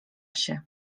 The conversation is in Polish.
się